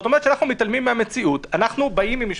באותו